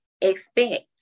expect